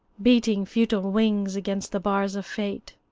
beating futile wings against the bars of fate.